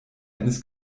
eines